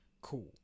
cool